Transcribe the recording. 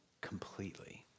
completely